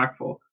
impactful